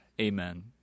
Amen